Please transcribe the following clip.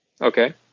okay